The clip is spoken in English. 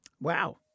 Wow